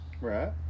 Right